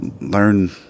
learn